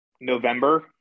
November